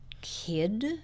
kid